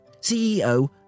CEO